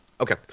Okay